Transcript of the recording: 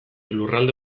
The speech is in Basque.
lurralde